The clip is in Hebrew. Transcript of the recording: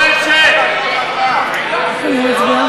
ההיסטוריה והמורשת של יהדות ארצות האסלאם,